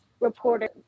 reporter